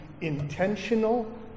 intentional